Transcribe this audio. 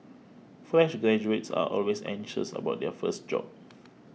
fresh graduates are always anxious about their first job